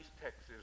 Texas